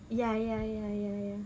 ya ya ya ya ya